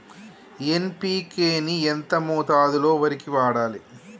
NPK ని ఎంత మోతాదులో వరికి వాడాలి?